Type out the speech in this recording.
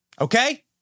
okay